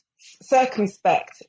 circumspect